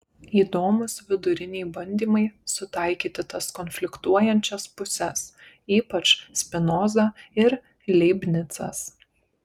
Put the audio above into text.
įdomūs viduriniai bandymai sutaikyti tas konfliktuojančias puses ypač spinoza ir leibnicas